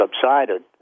subsided